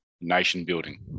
nation-building